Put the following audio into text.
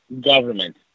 government